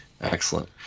Excellent